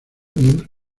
miembro